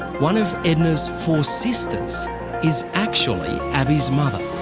one of edna's four sisters is actually abii's mother.